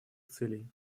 целей